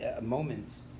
moments